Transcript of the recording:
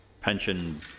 pension